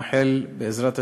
אני מאחל, בעזרת השם,